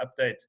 update